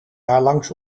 daarlangs